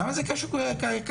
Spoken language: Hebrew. למה זה קשור לתקציב?